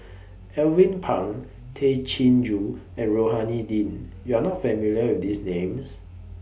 Alvin Pang Tay Chin Joo and Rohani Din YOU Are not familiar with These Names